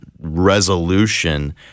resolution